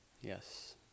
Yes